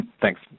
Thanks